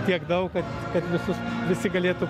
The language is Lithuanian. tiek daug kad kad visus visi galėtų